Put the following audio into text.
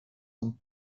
some